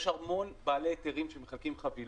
יש המון בעלי היתרים שמחלקים חבילות.